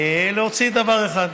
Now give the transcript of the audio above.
להוציא דבר אחד.